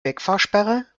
wegfahrsperre